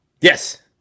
Yes